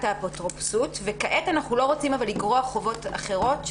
האפוטרופסות וכעת אנחנו לא רוצים לגרוע חובות אחרות,